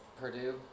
Purdue